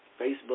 Facebook